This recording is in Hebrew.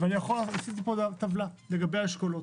יש לי פה טבלה לגבי האשכולות.